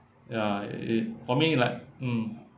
ya it it for me like mm